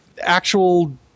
actual